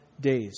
days